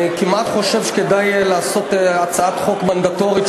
אני כמעט חושב שכדאי לעשות הצעת חוק מנדטורית,